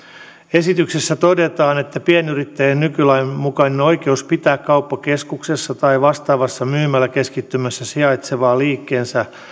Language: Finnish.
esityksessä todetaan että pienyrittäjän nykylain mukainen oikeus pitää kauppakeskuksessa tai vastaavassa myymäläkeskittymässä sijaitseva liikkeensä